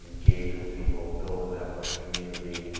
engage with people, build a network, community,